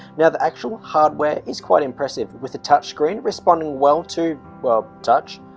yeah the actual hardware is quite impressive with the touchscreen responding well to, well touch,